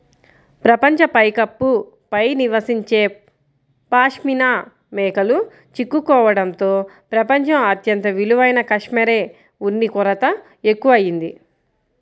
ప్రపంచ పైకప్పు పై నివసించే పాష్మినా మేకలు చిక్కుకోవడంతో ప్రపంచం అత్యంత విలువైన కష్మెరె ఉన్ని కొరత ఎక్కువయింది